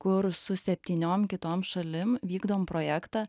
kur su septyniom kitom šalim vykdom projektą